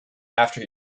after